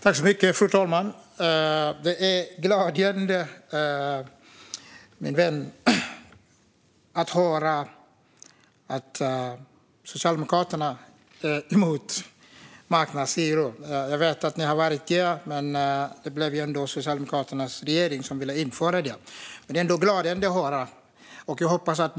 Fru talman! Det är glädjande att höra att Socialdemokraterna är emot marknadshyror. Jag vet att ni är det, men det var ändå Socialdemokraternas regering som tänkte införa det.